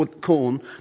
corn